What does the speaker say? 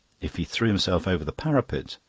if he threw himself over the parapet,